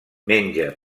menja